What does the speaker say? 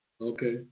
Okay